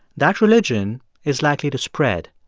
that religion is likely to spread.